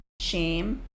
shame